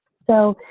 so,